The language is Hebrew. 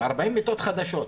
40 מיטות חדשות.